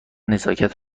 نزاکت